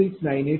00026982 p